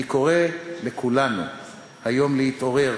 אני קורא לכולנו היום להתעורר,